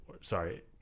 sorry